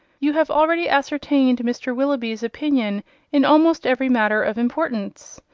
you have already ascertained mr. willoughby's opinion in almost every matter of importance.